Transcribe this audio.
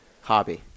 hobby